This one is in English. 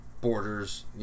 borders